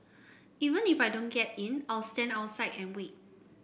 even if I don't get in I'll stand outside and wait